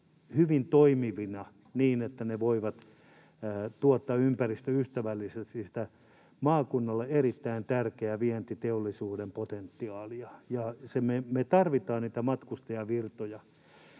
hyvin toimivina niin, että ne voivat tuottaa ympäristöystävällisesti sitä maakunnalle erittäin tärkeää vientiteollisuuden potentiaalia. Me tarvitaan niitä matkustajavirtoja.